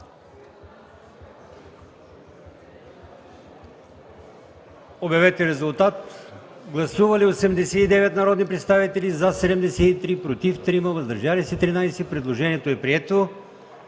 става § 14. Гласували 89 народни представители: за 73, против 3, въздържали се 13. Предложението е прието